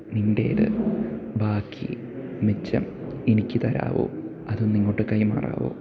നിൻ്റേത് ബാക്കി മിച്ചം എനിക്ക് തരാമോ അതൊന്നിങ്ങോട്ട് കൈമാറാമോ